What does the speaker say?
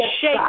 Shake